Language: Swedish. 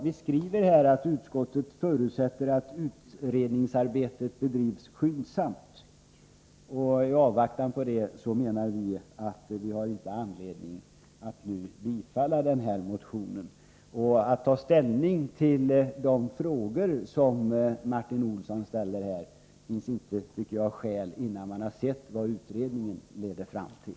Vi skriver att utskottet förutsätter att utredningsarbetet bedrivs skyndsamt. I avvaktan på det har vi, menar vi, inte anledning att nu tillstyrka motionen. Det finns inte heller skäl att ta ställning till de frågor Martin Olsson ställde innan vi har sett vad utredningen leder fram till.